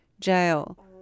Jail